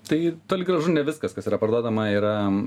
tai toli gražu ne viskas kas yra parduodama yra